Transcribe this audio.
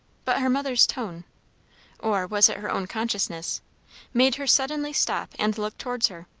but her mother's tone or was it her own consciousness made her suddenly stop and look towards her.